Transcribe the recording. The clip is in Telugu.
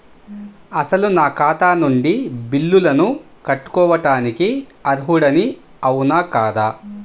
అసలు నా ఖాతా నుండి బిల్లులను కట్టుకోవటానికి అర్హుడని అవునా కాదా?